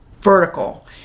vertical